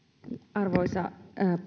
arvoisa